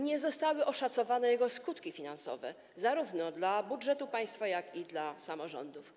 Nie zostały oszacowane jego skutki finansowe zarówno dla budżetu państwa, jak i dla samorządów.